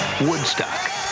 Woodstock